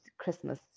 Christmas